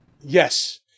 Yes